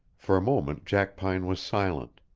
for a moment jackpine was silent,